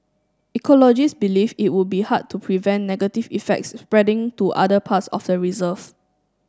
ecologists believe it would be hard to prevent negative effects spreading to other parts of the reserve